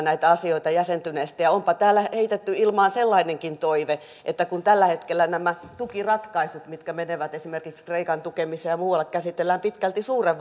näitä asioita jäsentyneesti ja onpa täällä heitetty ilmaan sellainenkin toive että kun tällä hetkellä nämä tukiratkaisut mitkä menevät esimerkiksi kreikan tukemiseen ja muualle käsitellään pitkälti suuren